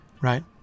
Right